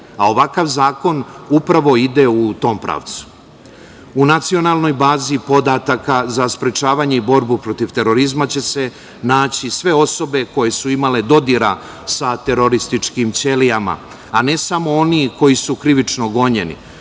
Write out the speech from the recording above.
a ovakav zakon upravo ide u tom pravcu.U nacionalnoj bazi podataka za sprečavanje i borbu protiv terorizma će se naći sve osobe koje su imale dodira sa terorističkim ćelijama, a ne samo oni koji su krivično gonjeni,